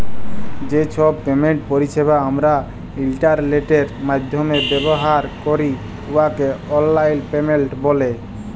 যে ছব পেমেন্ট পরিছেবা আমরা ইলটারলেটের মাইধ্যমে ব্যাভার ক্যরি উয়াকে অললাইল পেমেল্ট ব্যলে